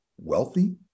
wealthy